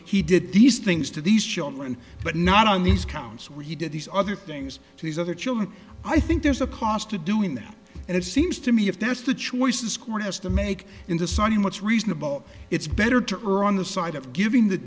he did these things to these children but not on these counts where he did these other things to these other children i think there's a cost to doing that and it seems to me if that's the choice is court has to make in the sunny much reasonable it's better to err on the side of giving the